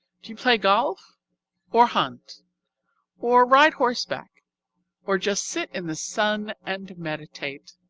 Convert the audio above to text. do you play golf or hunt or ride horseback or just sit in the sun and meditate?